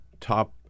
top